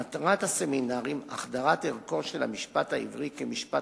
מטרת הסמינרים: החדרת ערכו של המשפט העברי כמשפט